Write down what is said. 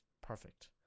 Perfect